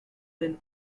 then